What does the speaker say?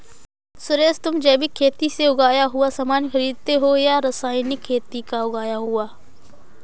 सुरेश, तुम जैविक खेती से उगाया हुआ सामान खरीदते हो या रासायनिक खेती का उगाया हुआ?